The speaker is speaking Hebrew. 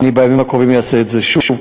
בימים הקרובים אעשה את זה שוב,